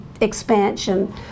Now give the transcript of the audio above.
expansion